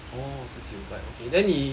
oh 自己有 bike okay then 你